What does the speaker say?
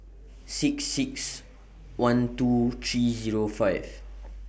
six six one two three Zero five